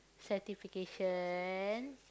satisfaction